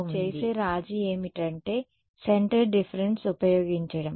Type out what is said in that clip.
కాబట్టి మేము చేసే రాజీ ఏమిటంటే సెంటర్ డిఫరెన్స్ ఉపయోగించడం